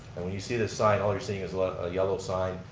and when you see this sign, all you're seeing is a yellow sign,